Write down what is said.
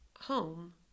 home